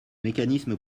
mécanisme